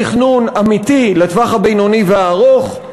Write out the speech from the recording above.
אין תכנון אמיתי לטווח הבינוני והארוך,